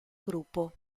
grupo